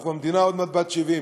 המדינה עוד מעט בת 70,